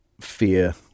fear